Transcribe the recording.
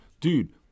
dude